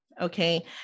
Okay